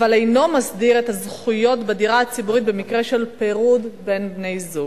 אבל אינו מסדיר את הזכויות בדירה הציבורית במקרה של פירוד בין בני-זוג.